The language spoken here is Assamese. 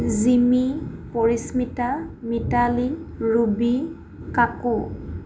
জিমি পৰিস্মিতা মিতালী ৰুবি কাকু